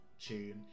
tune